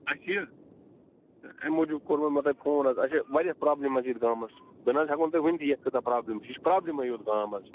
اَسہِ چھِ یہِ اَمہِ موٗجوٗب کوٚرمو مےٚ تۄہہِ فون حظ اَسہِ چھِ واریاہ پرٛابلِم حظ ییٚتہِ گامَس بہٕ نہَ ہٮ۪کو نہٕ تۅہہِ ؤنۍتھٕے یَتھ کٕژاہ پرٛابلِم چھِ یہِ چھِ پرٛابلِمَے یوت گام حظ